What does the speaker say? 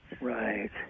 Right